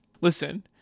Listen